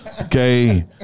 Okay